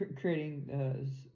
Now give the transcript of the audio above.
creating